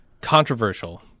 controversial